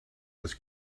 was